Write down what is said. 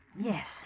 Yes